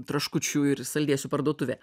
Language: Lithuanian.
traškučių ir saldėsių parduotuvė